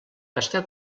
està